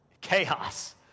chaos